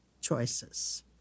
choices